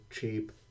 cheap